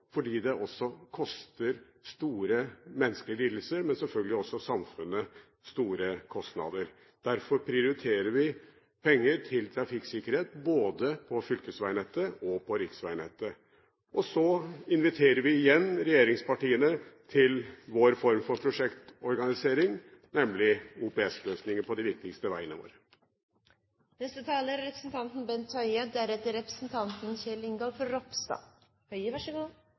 fordi det fører til store menneskelige lidelser, men selvfølgelig også fordi det påfører samfunnet store kostnader. Derfor prioriterer vi penger til trafikksikkerhet både på fylkesveinettet og på riksveinettet. Så inviterer vi igjen regjeringspartiene til vår form for prosjektorganisering, nemlig OPS-løsninger på de viktigste veiene våre.